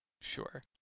sure